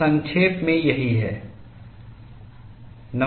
तो संक्षेप में यही है